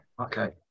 okay